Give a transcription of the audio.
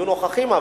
יהיו נוכחים,